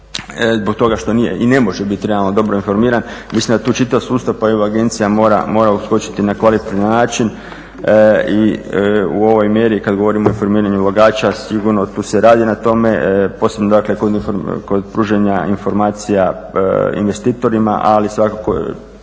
zbog toga što nije i ne može biti realno dobro informiran. Mislim da tu čitav sustav pa i ova agencija mora uskočiti na kvalitetan način i u ovoj mjeri, kad govorimo o informiranju ulagača sigurno tu se radi na tome, posebno dakle kod pružanja informacija investitorima. Ali svakako